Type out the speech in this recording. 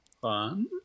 fun